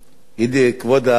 ידידי, כבוד האלוף,